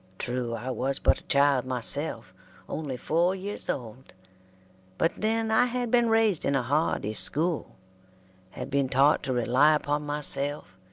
true, i was but a child myself only four years old but then i had been raised in a hardy school had been taught to rely upon myself,